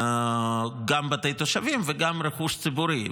גם בתי תושבים וגם רכוש ציבורי.